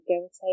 guilty